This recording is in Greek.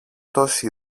τόση